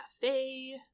cafe